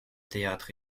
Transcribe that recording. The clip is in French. théâtre